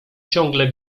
ciągle